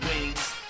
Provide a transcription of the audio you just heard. wings